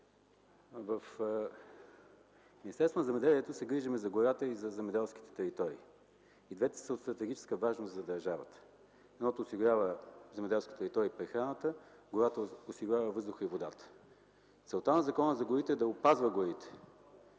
В Министерството на земеделието и храните се грижим за гората и за земеделските територии. И двете са от стратегическа важност за държавата. Едното, земеделските територии – осигуряват прехраната, гората – осигурява въздуха и водата. Целта на Закона за горите е да опазва горите.